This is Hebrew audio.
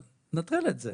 אבל ננטרל את זה.